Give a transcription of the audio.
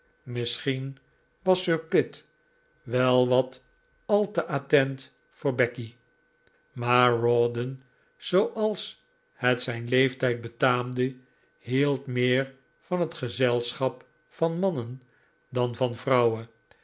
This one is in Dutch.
misschien was sir pitt wel wat al te attent voor becky maar rawdon zooals het zijn leeftijd betaamde hield meer van het gezelschap van mannen dan van vrouwen